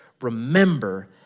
remember